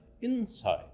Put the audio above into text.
inside